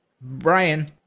Brian